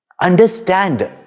Understand